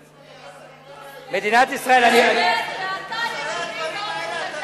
נדרת בנדר שכל מה שליצמן